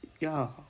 y'all